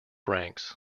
ranks